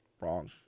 Wrong